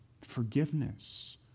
forgiveness